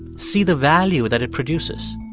see the value that it produces.